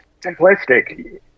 simplistic